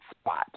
spot